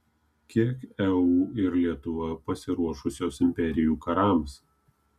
kiek eu ir lietuva pasiruošusios imperijų karams